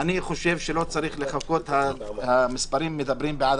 אני חושב שלא צריך לחכות, המספרים מדברים בעד